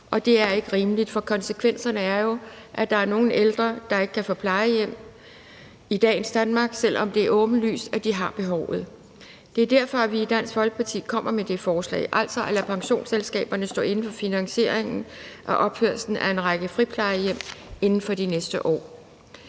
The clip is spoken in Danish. Og det er ikke rimeligt, for konsekvenserne er jo, at der er nogle ældre, der ikke kan få plejehjemsplads i dagens Danmark, selv om det er åbenlyst, at de har behovet. Det er derfor, at vi i Dansk Folkeparti kommer med det forslag, altså at lade pensionsselskaberne stå inde for finansieringen og opførelsen af en række friplejehjem inden for de næste år.